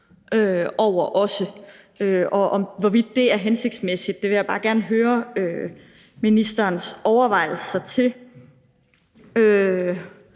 over, og hvorvidt det er hensigtsmæssigt. Det vil jeg bare gerne høre ministerens overvejelser om.